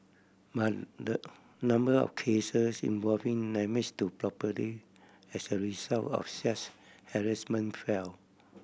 but the number of cases involving damage to property as a result of such harassment fell